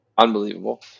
Unbelievable